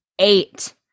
eight